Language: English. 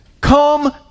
come